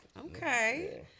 Okay